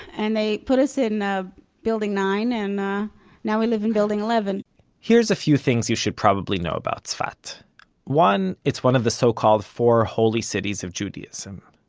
and they put us in ah building nine, nine, and now we live in building eleven here's a few things you should probably know about tzfat one. it's one of the so-called four holy cities of judaism.